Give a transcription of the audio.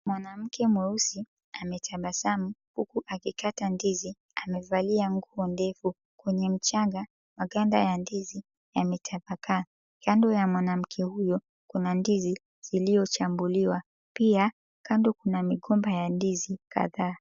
Mwanamke mweusi ametabasamu huku akikata ndizi amevalia nguo ndefu. Kwenye mchanga maganda ya ndizi yametapakaa. Kando ya mwanamke huyo kuna ndizi zilizochambuliwa pia kando kuna migomba ya ndizi kadhaa.